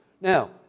Now